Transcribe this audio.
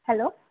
hello